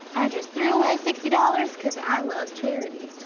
i just threw away sixty dollars cause i love charity.